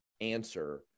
answer